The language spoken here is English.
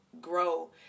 grow